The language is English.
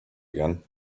again